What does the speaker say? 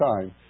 time